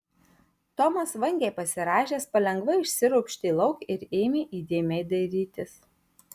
tomas vangiai pasirąžęs palengva išsiropštė lauk ir ėmė įdėmiai dairytis